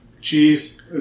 Cheese